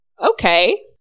okay